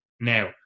Now